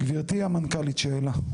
גברתי המנכ"לית, שאלה.